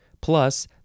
plus